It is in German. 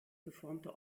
geformte